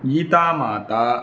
गीता माता